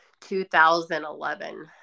2011